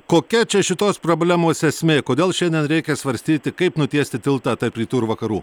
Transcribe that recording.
kokia čia šitos problemos esmė kodėl šiandien reikia svarstyti kaip nutiesti tiltą tarp rytų ir vakarų